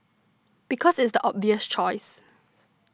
because it's the obvious choice